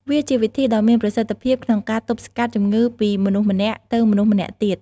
វាជាវិធីដ៏មានប្រសិទ្ធភាពក្នុងការទប់ស្កាត់ជំងឺពីមនុស្សម្នាក់ ទៅមនុស្សម្នាក់ទៀត។